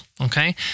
Okay